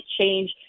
change